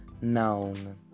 Noun